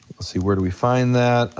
let's see, where do we find that.